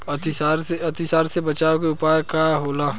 अतिसार से बचाव के उपाय का होला?